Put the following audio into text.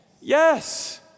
Yes